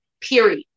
period